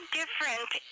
different